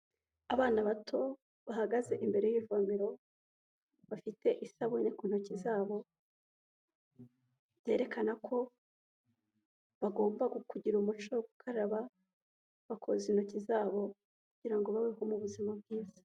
Abana bato bahagaze imbere y'ivomero, bafite isabune ku ntoki zabo, byerekana ko bagomba kugira umuco wo gukaraba, bakoza intoki zabo, kugira ngo babeho mu buzima bwiza.